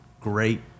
great